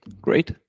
great